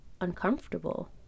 uncomfortable